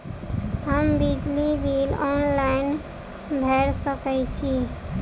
हम बिजली bill online भैर सकै छी?